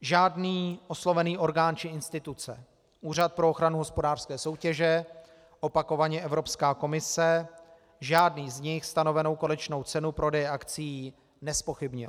Žádný oslovený orgán či instituce, Úřad pro ochranu hospodářské soutěže, opakovaně Evropská komise, žádný z nich stanovenou konečnou cenu prodeje akcií nezpochybnil.